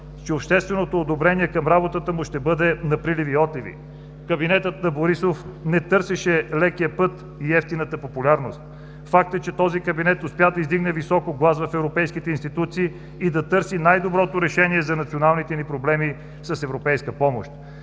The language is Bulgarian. че общественото одобрение към работата му ще бъде на приливи и отливи. Кабинетът на Борисов не търсеше лекия път и евтината популярност. Факт е, че този кабинет успя да издигне високо глас в европейските институции и да търси най-доброто решение за националните ни проблеми с европейска помощ.